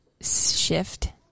shift